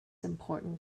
important